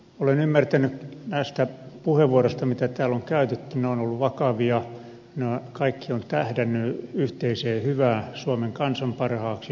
olen ymmärtänyt näistä puheenvuoroista mitä täällä on käytetty ne ovat olleet vakavia että ne kaikki ovat tähdänneet yhteiseen hyvään suomen kansan parhaaksi suomen hyväksi